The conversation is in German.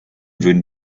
würden